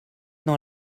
dans